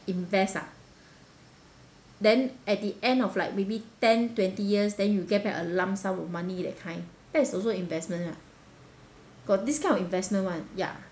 invest ah then at the end of like maybe ten twenty years then you get back a lump sum of money that kind that is also investment lah got this kind of investment [one] ya